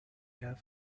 has